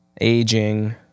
aging